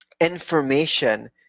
information